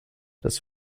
das